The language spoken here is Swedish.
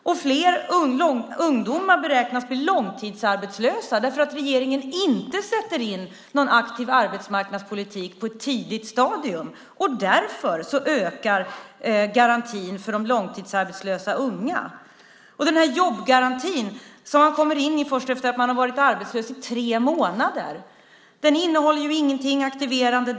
Och fler ungdomar beräknas bli långtidsarbetslösa därför att regeringen inte sätter in någon aktiv arbetsmarknadspolitik på ett tidigt stadium. Därför ökar garantin för de långtidsarbetslösa unga. Den här jobbgarantin, som man kommer in i först efter att man har varit arbetslös i tre månader, innehåller ju inte heller någonting aktiverande.